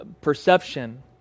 perception